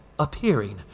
Appearing